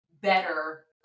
better